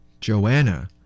Joanna